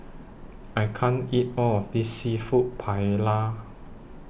I can't eat All of This Seafood Paella